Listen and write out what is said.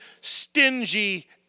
stingy